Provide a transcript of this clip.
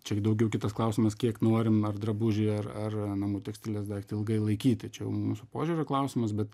čia daugiau kitas klausimas kiek norim ar drabužiai ar ar namų tekstilės daiktai ilgai laikytų čia jau mūsų požiūrio klausimas bet